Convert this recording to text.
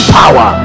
power